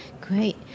great